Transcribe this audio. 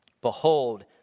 Behold